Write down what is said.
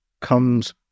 comes